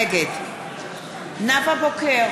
נגד נאוה בוקר,